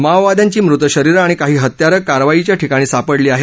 माओवाद्यांची मृत शरीरं आणि काही हत्यारं कारवाईच्या ठिकाणी सापडली आहेत